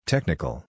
Technical